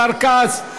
השר כץ.